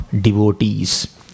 devotees